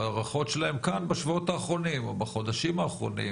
בהערכות שלהם כאן בשבועות או בחודשים האחרונים